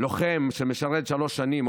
לוחם שמשרת שלוש שנים,